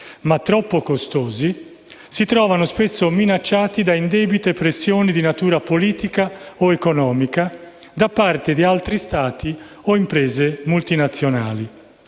ma troppo costosi, si trovano spesso minacciati da indebite pressioni di natura politica o economica da parte di altri Stati o imprese multinazionali,